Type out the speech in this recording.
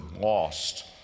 lost